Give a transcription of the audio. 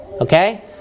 Okay